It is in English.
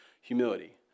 humility